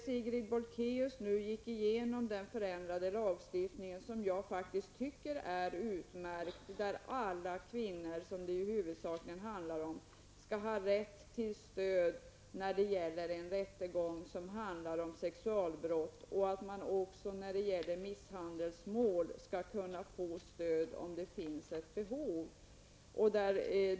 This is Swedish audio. Sigrid Bolkéus gick nu igenom förslaget till en förändrad lagstiftning, som jag anser är utmärkt, där alla kvinnor, som det ju huvudsakligen är fråga om, skall ha rätt till stöd i en rättegång om sexualbrott och också ha en möjlighet att få stöd i misshandelsmål om det finns ett behov.